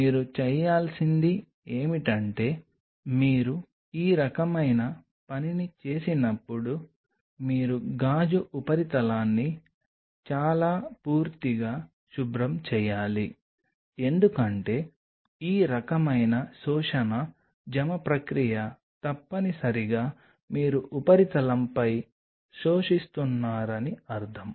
మీరు చేయాల్సింది ఏమిటంటే మీరు ఈ రకమైన పనిని చేసినప్పుడు మీరు గాజు ఉపరితలాన్ని చాలా పూర్తిగా శుభ్రం చేయాలి ఎందుకంటే ఈ రకమైన శోషణ జమ ప్రక్రియ తప్పనిసరిగా మీరు ఉపరితలంపై శోషిస్తున్నారని అర్థం